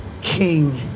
King